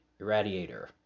Irradiator